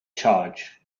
charge